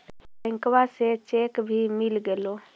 बैंकवा से चेक भी मिलगेलो?